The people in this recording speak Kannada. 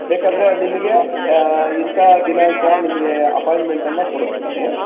ಬೇಕೆಂದರೆ ನಿಮಗೆ ಇಂತಹ ದಿನಾಂಕ ನಿಮಗೆ ಅಪಾಯಿಂಟ್ಮೆಂಟನ್ನು ಕೊಡಿಸ್ತೀನಿ